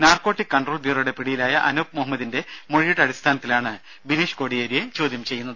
narcotic control ബ്യൂറോയുടെ പിടിയിലായ അനൂപ് മുഹമ്മദിന്റെ മൊഴിയുടെ അടിസ്ഥാനത്തിലാണ് ബിനീഷ് കോടിയേരിയെ ചോദ്യം ചെയ്യുന്നത്